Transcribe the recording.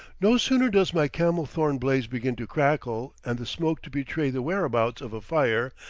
no sooner does my camel-thorn blaze begin to crackle and the smoke to betray the whereabouts of a fire,